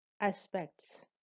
aspects